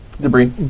debris